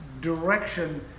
direction